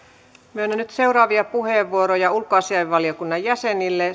myönnän nyt seuraavaksi puheenvuoroja ulkoasiainvaliokunnan jäsenille